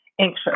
anxious